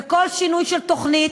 וכל שינוי של תוכנית,